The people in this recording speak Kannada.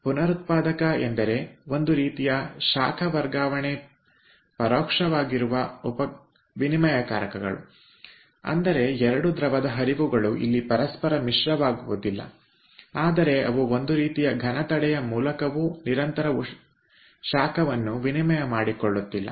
ಪುನರುತ್ಪಾದಕ ಎಂದರೆ ಒಂದು ರೀತಿಯ ಶಾಖ ಶಾಖ ವರ್ಗಾವಣೆ ಪರೋಕ್ಷವಾಗಿರುವ ವಿನಿಮಯಕಾರಕಗಳು ಅಂದರೆ 2 ದ್ರವದ ಹರಿವುಗಳು ಇಲ್ಲಿ ಪರಸ್ಪರ ಮಿಶ್ರವಾಗುವುದಿಲ್ಲ ಆದರೆ ಅವು ಒಂದು ರೀತಿಯ ಘನ ತಡೆಯ ಮೂಲಕವೂ ನಿರಂತರವಾಗಿ ಶಾಖವನ್ನು ವಿನಿಮಯ ಮಾಡಿಕೊಳ್ಳುತ್ತಿಲ್ಲ